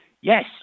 yes